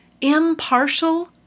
impartial